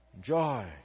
joy